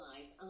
Life